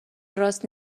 راست